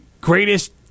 greatest